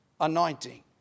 anointing